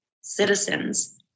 citizens